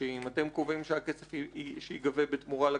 אתם קובעים שהכסף שייגבה בתמורה לקרקעות,